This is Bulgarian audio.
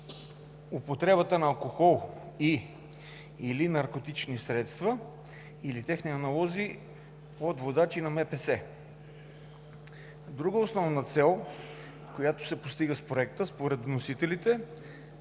употребата на алкохол и/или наркотични вещества или техни аналози от водачи на МПС. Друга основна цел, която се постига със Законопроекта, според вносителите